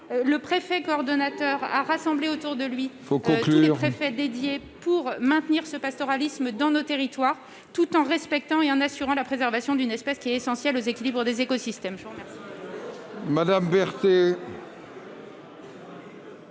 Le préfet coordonnateur a rassemblé autour de lui tous les préfets dédiés ... Il faut conclure !... pour maintenir ce pastoralisme dans nos territoires, tout en respectant et en assurant la préservation d'une espèce essentielle aux équilibres des écosystèmes.